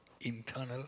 internal